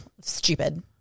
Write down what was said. Stupid